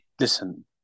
listen